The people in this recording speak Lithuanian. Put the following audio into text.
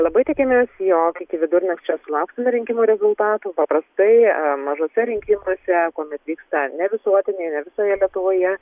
labai tikimės jog iki vidurnakčio sulauksime rinkimų rezultatų paprastai mažuose rinkimuose kuomet vyksta ne visuotiniai ne visoje lietuvoje